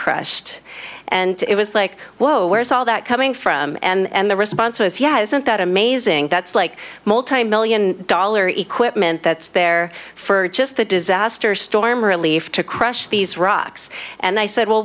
crushed and it was like whoa where's all that coming from and the response was yes and that amazing that's like multimillion dollar equipment that's there for just the disaster storm relief to crush these rocks and i said well